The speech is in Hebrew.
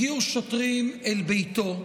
הגיעו שוטרים אל ביתו.